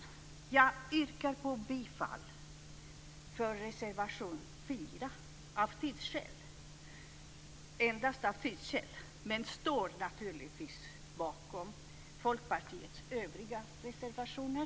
Av tidsskäl yrkar jag bifall endast till reservation 4, men står naturligtvis bakom Folkpartiets övriga reservationer.